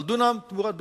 על דונם תמורת דונם.